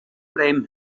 blame